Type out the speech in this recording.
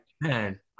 man